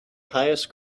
highest